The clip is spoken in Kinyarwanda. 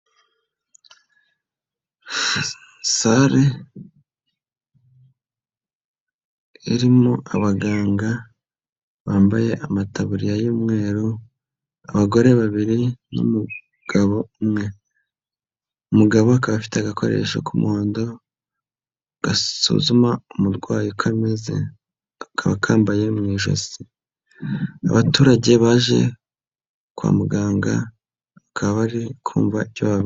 Sale irimo abaganga bambaye amataburiya y'umweru, abagore babiri n'umugabo umwe umugabo akaba afite agakoresho k'umuhondo gasuzuma umurwayi uko ameze akaba akambaye mu ijosi abaturage baje kwa muganga bakaba bari kumva icyo.